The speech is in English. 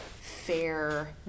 fair